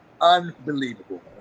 Unbelievable